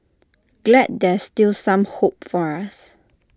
glad there's still some hope for us